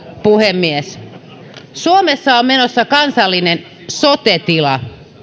puhemies suomessa on menossa kansallinen sote tila